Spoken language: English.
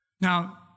Now